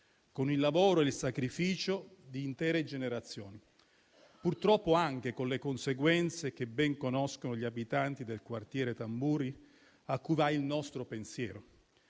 con il lavoro e il sacrificio di intere generazioni e, purtroppo, anche con le conseguenze che ben conoscono gli abitanti del quartiere Tamburi, a cui vanno il nostro pensiero